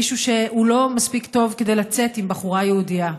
מישהו שהוא לא מספיק טוב כדי לצאת עם בחורה יהודייה.